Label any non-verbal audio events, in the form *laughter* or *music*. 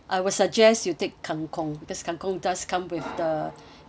I will suggest you take kang kong this kang kong does come with the *breath*